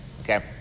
okay